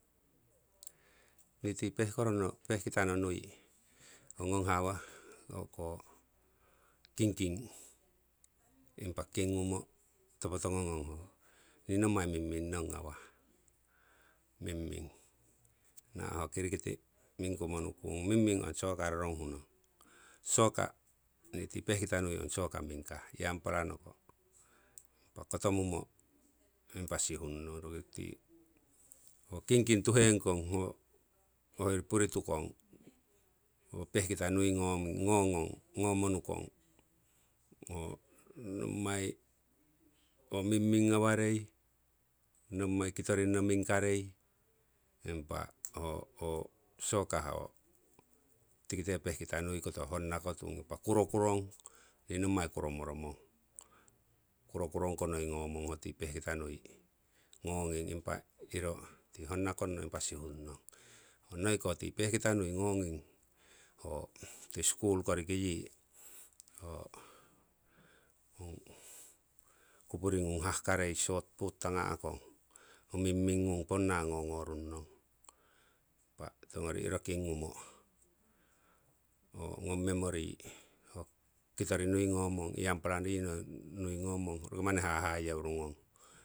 Nii tii pehkorono pehkitano nui ho ngong hawah o'ko kingking impa kingumo topo tongo ngong ho nii nommai mingming nong ngawah, mingming. Nawa' ho kirikiti mingkummo nukung. Mingming ong soccer roronguh nong. Soccer nii tii pehkitano ong soccer mingkah, yangpara noko impa kotomumo sihung nong, impa roki tii kingking tuhengkong, hoyori puri tukong ho pehkita nui ngongong, ngomo nukong ho nommai ho mingming ngawarei, nommai kitorinno mingkarei, impa ho soccer ho tiki pehkit nui koto honna kotung, impa kurokurongko, nii nommai kuromoromong. Kurokurong ko noi ngo mong tii pehkita nui, impa honna konno sihunnong. Noiko tii pehkita nui ngonging ho tii skul kori yii ho ong kupuri ngung hahkarei, ho shot put tanga'kong ho mingming ngung ponna ngo ngo runnong. Impa tiwongori iro kingumo ho ngong memory ho kitori nui ngomong, yangpara no yii ngomong roki manni hahayeu rugong.